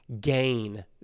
gain